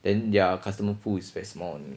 then their customer pool is very small only